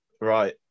right